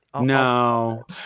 no